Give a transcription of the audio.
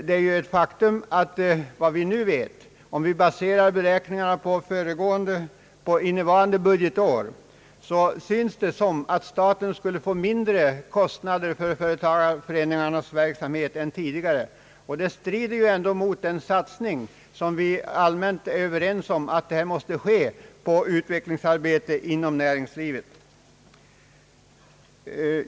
Det är dock ett faktum att enligt vad vi nu vet och om vi baserar beräkningarna på innevarande budgetår, synes det som om staten nu skulle få lägre kostnader för företagareföreningarnas verksamhet än tidigare. Det strider ju mot den satsning som vi alla är överens om måste ske på utvecklingsarbetet inom näringslivet.